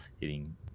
hitting